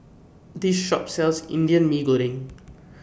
This Shop sells Indian Mee Goreng